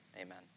amen